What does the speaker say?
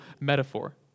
metaphor